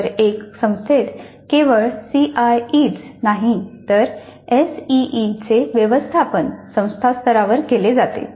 स्तर 1 संस्थेत केवळ सीआयईच नाही तर एसईईचे व्यवस्थापन संस्था स्तरावर केले जाते